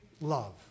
love